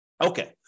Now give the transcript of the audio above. Okay